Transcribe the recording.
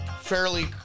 fairly